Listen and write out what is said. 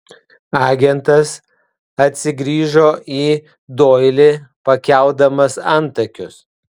agentas atsigrįžo į doilį pakeldamas antakius